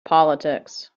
politics